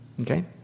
Okay